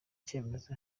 icyemezo